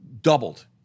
doubled